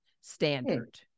standard